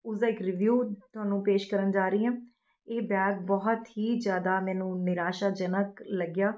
ਉਸ ਦਾ ਇੱਕ ਰੀਵਿਊ ਤੁਹਾਨੂੰ ਪੇਸ਼ ਕਰਨ ਜਾ ਰਹੀ ਹਾਂ ਇਹ ਬੈਗ ਬਹੁਤ ਹੀ ਜ਼ਿਆਦਾ ਮੈਨੂੰ ਨਿਰਾਸ਼ਾਜਨਕ ਲੱਗਿਆ